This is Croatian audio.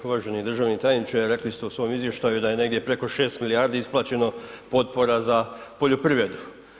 Uvaženi državni tajniče, rekli ste u svom izvještaju da je negdje preko 6 milijardi isplaćeno potpora za poljoprivredu.